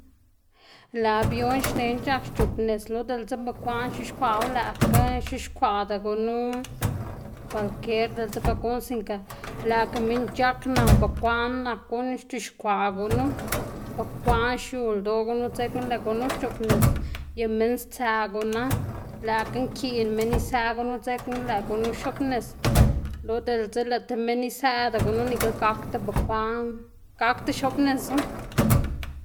lëꞌ avion xnená c̲h̲ak xc̲h̲oꞌbnis lo diꞌltse bukwaꞌn x̱uxkwaꞌwu lëꞌkga x̱uxkwaꞌda gunu kwalkier diꞌltse ba guꞌn singa lëꞌkga minn c̲h̲ak nan bekwaꞌn nak guꞌn xc̲h̲uxkwaꞌ gunu, bekwaꞌn xiu ldoꞌ gunu dzekna lëꞌ gunu xc̲h̲oꞌbnis y minn stsëꞌ gununa lëꞌkga nkiꞌn minn isëꞌ gunu dzekna lëꞌ gunu x̱oꞌbnis lo diꞌltse lëꞌ tib minn isëꞌda gunu nikl gakda bukwaꞌn gakda x̱oꞌbnisu.